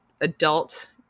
adult